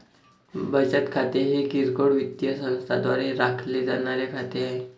बचत खाते हे किरकोळ वित्तीय संस्थांद्वारे राखले जाणारे खाते आहे